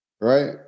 Right